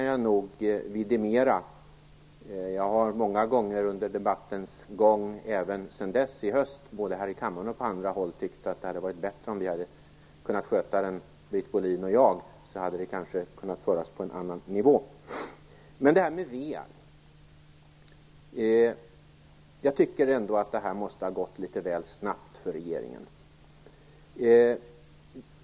Jag har många gånger under debattens gång sedan dess, både här i kammaren och på andra håll, tyckt att det hade varit bättre om Britt Bohlin och jag hade kunnat sköta den, så hade den kunnat föras på en annan nivå. Men sedan har vi det här med WEAG. Jag tycker ändå att det här måste ha gått litet väl snabbt för regeringen.